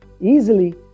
easily